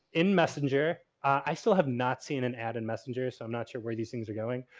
in messenger. i still have not seen an ad in messenger, so, i'm not sure where these things are going.